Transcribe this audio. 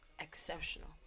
exceptional